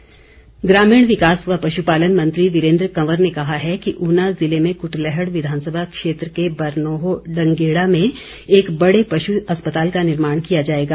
वीरेन्द्र कंवर ग्रामीण विकास व पशुपालन मंत्री वीरेन्द्र कंवर ने कहा है कि ऊना ज़िले में कुटलैहड़ विधानसभा क्षेत्र के बरनोह डंगेड़ा में एक बड़े पशु अस्पताल का निर्माण किया जाएगा